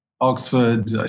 Oxford